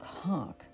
cock